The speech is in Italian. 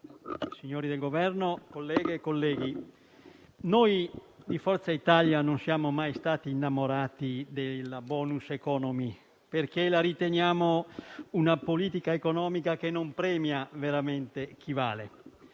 signori del Governo, colleghe e colleghi, noi di Forza Italia non siamo mai stati innamorati della *bonus* *economy*, perché la riteniamo una politica economica che non premia veramente chi vale.